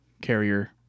carrier